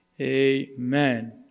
Amen